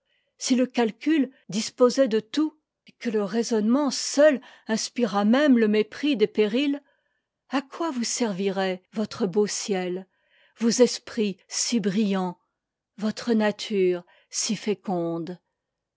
si le calcul disposait de tout et que e raisonnement seul inspirât même le mépris des périis à quoi vous serviraient votre beau ciel vos esprits si brillants votre nature si féconde